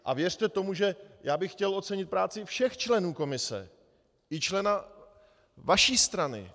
A věřte tomu, že bych chtěl ocenit práci všech členů komise, i člena vaší strany.